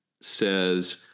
says—